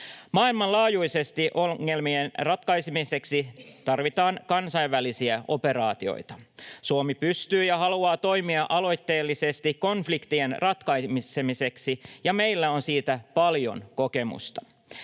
Maailmanlaajuisesti ongelmien ratkaisemiseksi tarvitaan kansainvälisiä operaatioita. Suomi pystyy ja haluaa toimia aloitteellisesti konfliktien ratkaisemiseksi, ja meillä on siitä paljon kokemusta.